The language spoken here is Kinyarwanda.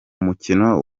mukino